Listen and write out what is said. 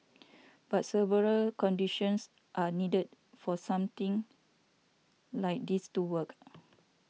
but several conditions are needed for something like this to work